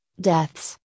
deaths